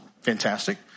Fantastic